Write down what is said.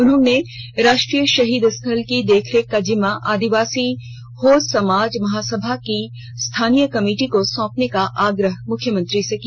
उन्होंने राष्ट्रीय शहीद स्थल की देखरेख का जिम्मा आदिवासी हो समाज महासभा की स्थानीय कमिटी को सौंपने का आग्रह मुख्यमंत्री से किया